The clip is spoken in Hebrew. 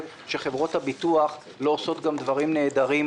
שחברות הביטוח לא עושות גם דברים נהדרים,